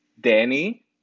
Danny